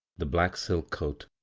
the black silk coat,